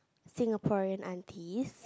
Singaporean aunties